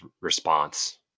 response